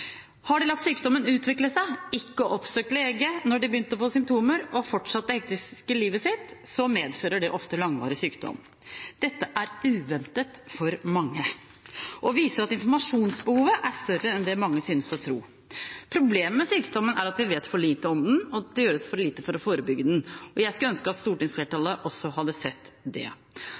Har de latt sykdommen utvikle seg, ikke oppsøkt lege når de begynte å få symptomer, og fortsatt det hektiske livet sitt, medfører det ofte langvarig sykdom. Dette er uventet for mange og viser at informasjonsbehovet er større enn det mange synes å tro. Problemet med sykdommen er at vi vet for lite om den, og at det gjøres for lite for å forebygge den, og jeg skulle ønske at stortingsflertallet også hadde sett det.